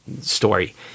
story